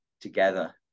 together